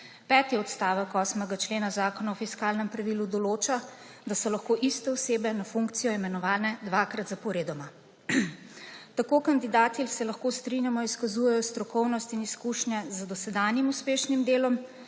Peti odstavek 8. člena Zakona o fiskalnem pravilu določa, da so lahko iste osebe na funkcijo imenovane dvakrat zaporedoma. Tako kandidati, se lahko strinjamo, izkazujejo strokovnost in izkušnje z dosedanjim uspešnim delom,